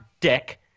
dick